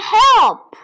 help